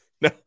No